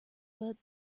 but